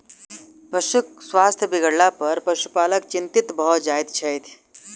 पशुक स्वास्थ्य बिगड़लापर पशुपालक चिंतित भ जाइत छथि